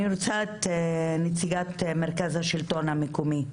אני רוצה לשמוע את נציגת מרכז השלטון המקומי,